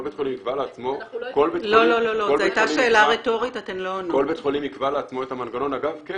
כל בית חולים יקבע לעצמו --- אנחנו לא